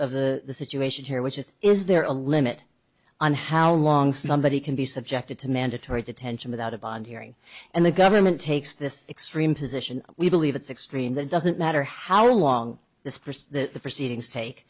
of the of the situation here which is is there a limit on how long somebody can be subjected to mandatory detention without a bond hearing and the government takes this extreme position we believe it's extreme that doesn't matter how long this persists that the proceedings take